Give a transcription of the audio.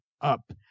up